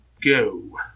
go